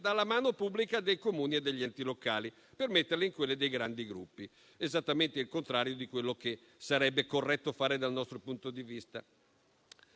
dalla mano pubblica dei Comuni e degli enti locali, per metterle in quelle dei grandi gruppi: esattamente il contrario di quello che sarebbe corretto fare dal nostro punto di vista.